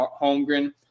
Holmgren